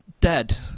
dead